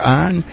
on